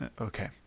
Okay